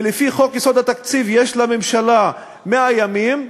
ולפי חוק-יסוד: תקציב המדינה יש לממשלה 100 ימים,